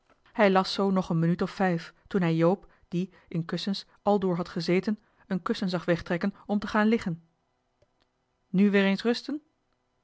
hij las zoo nog een minuut of vijf toen hij joop die in kussens aldoor had gezeten een kussen zag wegtrekken om te gaan liggen nu weer eens rusten